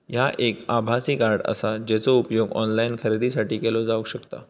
ह्या एक आभासी कार्ड आसा, जेचो उपयोग ऑनलाईन खरेदीसाठी केलो जावक शकता